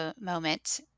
moment